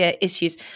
issues